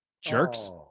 Jerks